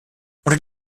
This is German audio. unter